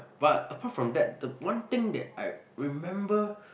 but apart from that the one thing that I remember